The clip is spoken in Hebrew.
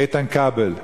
איתן כבל.